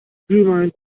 glühwein